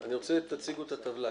אני רוצה שתציגו את הטבלה.